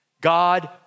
God